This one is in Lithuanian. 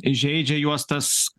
įžeidžia juos tas